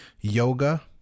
Yoga